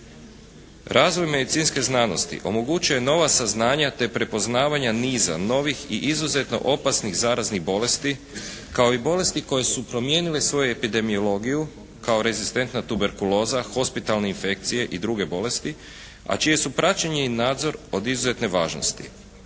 Razvoj medicinske znanosti omogućio je nova saznanja, te prepoznavanja niza novih i izuzetno opasnih zaraznih bolesti, kao i bolesti koje su promijenile svoju epidemiologiju kao rezistentna tuberkuloza, hospitalni infekcije i druge bolesti, a čije su praćenje i nadzor od izuzetne važnosti.